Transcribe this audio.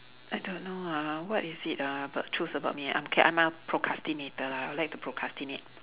I don't know ah what is it ah but truth about me I'm K I'm a procrastinator lah I like to procrastinate